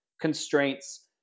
constraints